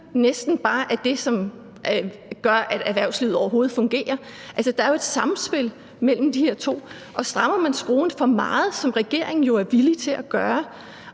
næsten bare er det, som gør at erhvervslivet overhovedet fungerer. Der er jo et samspil mellem de her to ting, og strammer man skruen for meget, som regeringen jo er villig til at gøre,